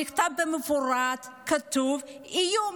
במכתב במפורש כתוב איום.